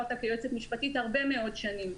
אותה כיועצת משפטית הרבה מאוד שנים.